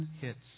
hits